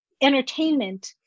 entertainment